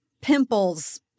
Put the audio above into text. pimples